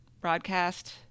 broadcast